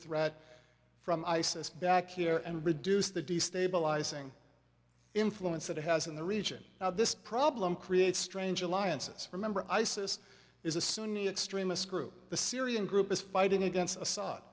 threat from isis back here and reduce the destabilizing influence that has in the region this problem creates strange alliances remember isis is a sunni extremist group the syrian group is fighting against as